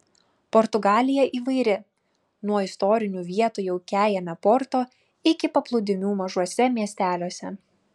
portugalija įvairi nuo istorinių vietų jaukiajame porto iki paplūdimių mažuose miesteliuose